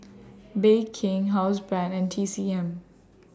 Bake King Housebrand and T C M